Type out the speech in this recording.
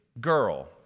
girl